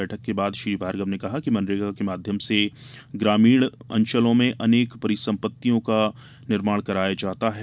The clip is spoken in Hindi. बैठक के बाद श्री भार्गव ने कहा कि मनरेगा के माध्यम से ग्रामीण अंचल में अनेक परिसम्पत्तियों का निर्माण कराया जाता है